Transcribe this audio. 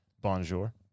bonjour